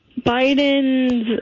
Biden's